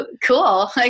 cool